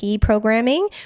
programming